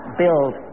build